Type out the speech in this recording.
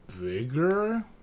bigger